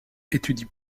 étudie